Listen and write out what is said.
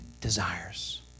desires